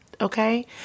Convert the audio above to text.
okay